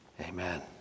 Amen